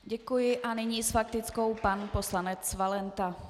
Děkuji a nyní s faktickou pan poslanec Valenta.